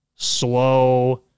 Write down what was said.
Slow